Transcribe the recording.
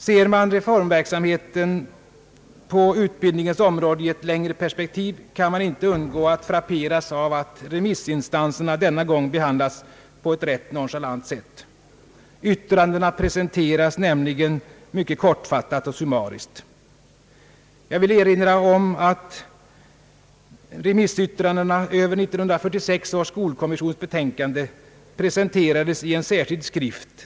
Ser man reformverksamheten på utbildningsområdet i ett längre perspek tiv kan man inte undgå att frapperas av att remissinstanserna denna gång behandlats på ett ganska nonchalant sätt. Yttrandena presenteras nämligen mycket kortfattat och summariskt. Jag vill erinra om att remissyttrandena över 1946 års skolkommissions betänkande presenterades i en särskild skrift.